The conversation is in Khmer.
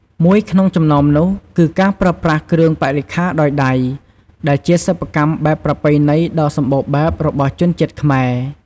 មួយក្នុងចំណោមនោះគឺការប្រើប្រាស់គ្រឿងបរិក្ខារដោយដៃ ដែលជាសិប្បកម្មបែបប្រពៃណីដ៏សម្បូរបែបរបស់ជនជាតិខ្មែរ។